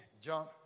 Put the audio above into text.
John